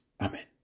Amen